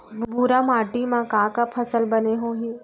भूरा माटी मा का का फसल बने होही?